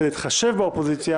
כדי להתחשב באופוזיציה